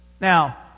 Now